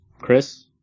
Chris